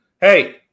Hey